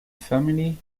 family